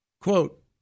Quote